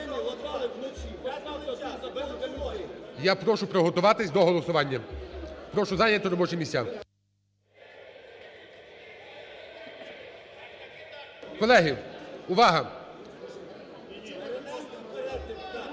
Я прошу приготуватись до голосування, прошу зайняти робочі місця. Колеги, увага! Увага!